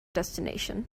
destination